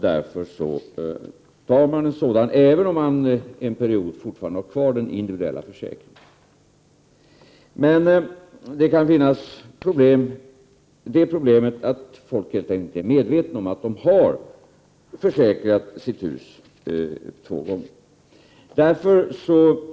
Därför tar man en 14 april 1989 sådan, även om man en period fortfarande har kvar den individuella försäkringen. Men det problemet kan finnas att människor inte är helt medvetna om att de har försäkrat sitt hus två gånger.